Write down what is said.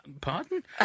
pardon